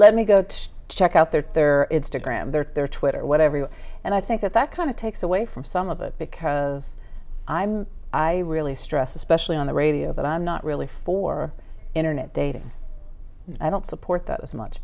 let me go check out their their to gram their twitter whatever and i think that that kind of takes away from some of it because i'm i really stress especially on the radio but i'm not really for internet dating i don't support that as much